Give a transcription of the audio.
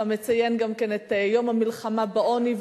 אתה מציין גם את יום המלחמה בעוני,